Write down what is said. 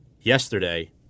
yesterday